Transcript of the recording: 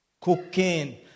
cocaine